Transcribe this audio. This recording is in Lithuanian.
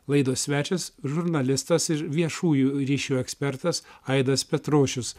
laidos svečias žurnalistas ir viešųjų ryšių ekspertas aidas petrošius